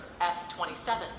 F27